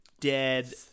dead